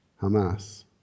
Hamas